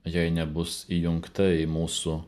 jei nebus įjungta į mūsų